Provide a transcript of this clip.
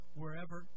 wherever